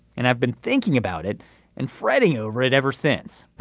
and i've been thinking about it and fretting over it ever since.